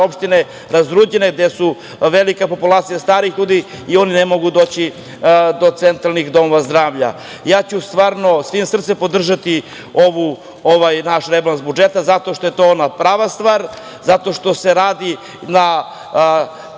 opštine razuđene, gde je velika populacija starih ljudi i oni ne mogu doći do centralnih domova zdravlja. Svim srcem ja ću podržati ovaj naš rebalans budžeta, zato što je to prava stvar, zato što se radi na